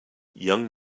young